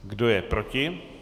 Kdo je proti?